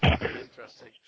interesting